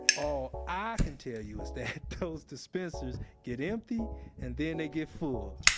all i can tell you is that those dispensers get empty and then they get full.